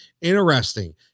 interesting